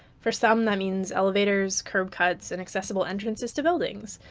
for some, that means elevators, curb cuts, and accessible entrances to buildings.